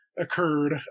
occurred